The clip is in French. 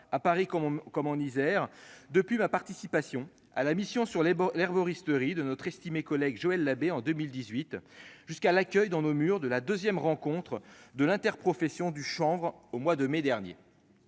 à Paris comme comme en Isère depuis ma participation à la mission sur les bords, l'herboristerie de notre estimé collègue Joël Labbé, en 2018 jusqu'à l'accueil dans nos murs de la 2ème rencontre de l'interprofession du chanvre au mois de mai dernier,